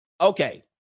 Okay